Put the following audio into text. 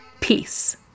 Peace